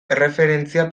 erreferentzia